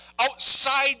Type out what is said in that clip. outside